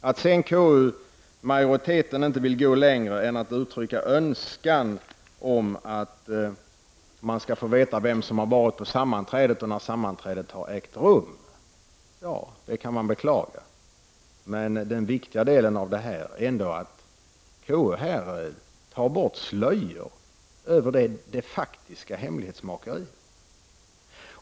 Att sedan KU-majoriteten inte vill gå längre än till att uttrycka önskan om att man skall få veta vem som har varit på sammanträdet och när sammanträdet har ägt rum — det kan man beklaga. Men det viktiga är ändå att KU här tar bort slöjor över det faktiska hemlighetsmakeriet.